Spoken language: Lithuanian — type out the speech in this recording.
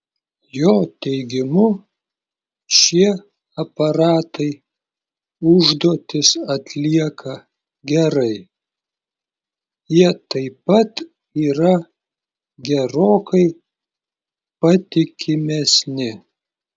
jo teigimu šie aparatai užduotis atlieka gerai jie taip pat yra gerokai patikimesni